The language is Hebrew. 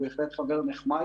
הוא בהחלט חבר נחמד